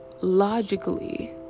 logically